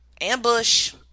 Ambush